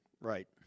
Right